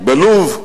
בלוב,